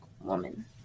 woman